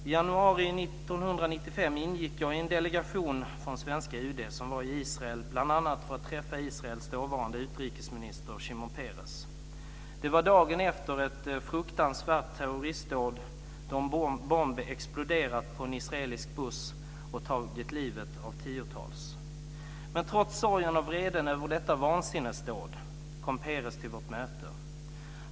I januari 1995 ingick jag i en delegation från svenska UD som var i Israel bl.a. för att träffa Israels dåvarande utrikesminister Shimon Peres. Det var dagen efter ett fruktansvärt terroristdåd då en bomb exploderat på en israelisk buss och tagit livet av tiotals. Men trots sorgen och vreden över detta vansinnesdåd kom Peres till vårt möte.